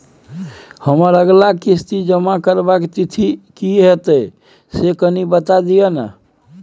हमर अगला किस्ती जमा करबा के तिथि की होतै से कनी बता दिय न?